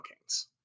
Kings